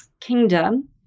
kingdom